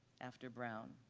after brown.